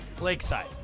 Lakeside